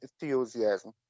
enthusiasm